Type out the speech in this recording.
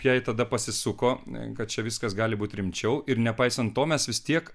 jai tada pasisuko kad čia viskas gali būti rimčiau ir nepaisant to mes vis tiek